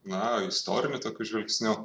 na istoriniu tokiu žvilgsniu